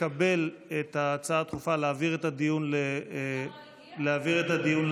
לקבל את ההצעה הדחופה להעביר את הדיון, השר לא